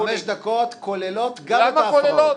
חמש דקות כוללות גם את ההפרעות.